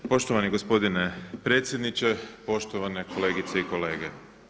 Poštovani gospodine predsjedniče, poštovane kolegice i kolege.